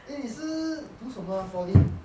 eh 你是读什么 poly